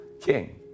king